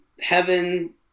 Heaven